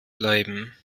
bleiben